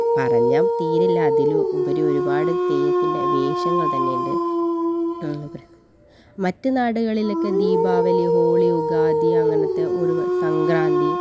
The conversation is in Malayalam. പറഞ്ഞാ തീരില്ല അതിലും ഉപരി ഒരുപാട് തെയ്യത്തിൻ്റെ വേഷങ്ങൾ തന്നെ ഉണ്ട് ആ പറയാ മറ്റ് നാടുകളിലക്കെ ദീപാവലി ഹോളി ഉഗാദി അങ്ങനത്തെ ഒരു സംക്രാന്തി